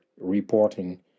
reporting